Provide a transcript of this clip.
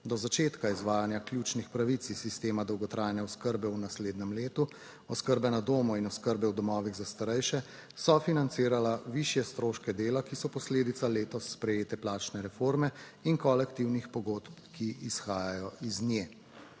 do začetka izvajanja ključnih pravic iz sistema dolgotrajne oskrbe v naslednjem letu oskrbe na domu in oskrbe v domovih za starejše sofinancirala višje stroške dela, ki so posledica letos sprejete plačne reforme in kolektivnih pogodb, ki izhajajo iz nje.